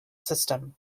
system